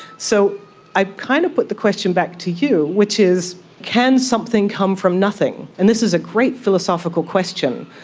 so i kind of put the question back to you, which is can something come from nothing? and this is a great philosophical question.